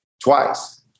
twice